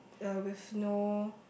uh with no